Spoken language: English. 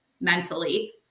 mentally